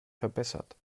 verbessert